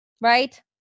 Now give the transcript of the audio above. Right